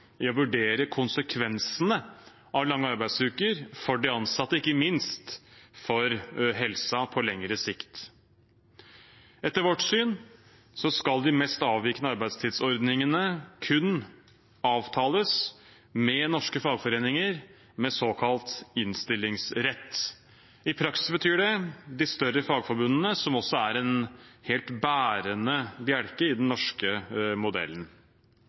i å vurdere konsekvensene av lange arbeidsuker for de ansatte, ikke minst for helsa på lengre sikt. Etter vårt syn skal de mest avvikende arbeidstidsordningene kun avtales med norske fagforeninger med såkalt innstillingsrett. I praksis betyr det de større fagforbundene, som også er en helt bærende bjelke i den norske modellen.